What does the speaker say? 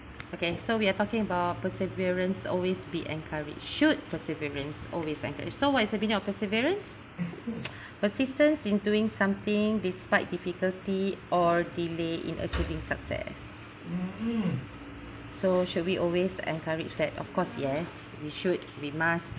okay so we are talking about perseverance always be encouraged should perseverance always encouraged so what is your opinion of perseverance persistent in doing something despite difficulty or delay in achieving success so should we always encourage that of course yes we should we must